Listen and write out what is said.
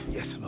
Yes